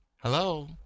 Hello